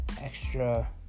extra